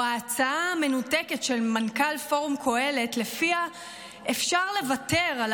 או ההצעה המנותקת של מנכ"ל פורום קהלת שלפיה אפשר לוותר על